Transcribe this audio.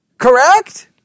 Correct